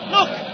Look